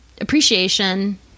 appreciation